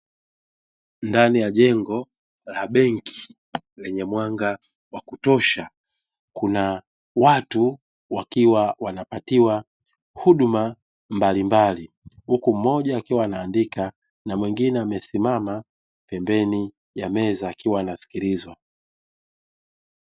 Ndani ya jengo la benki lenye mwanga wa kutosha, kuna watu wakiwa wanapatiwa huduma mbalimbali na wengine wamesimama pembeni ya meza akiwa wanasikilizwa.